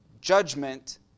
judgment